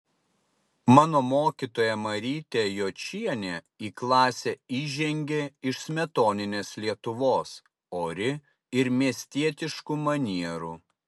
mano mokytoja marytė jočienė į klasę įžengė iš smetoninės lietuvos ori ir miestietiškų manierų